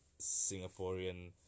Singaporean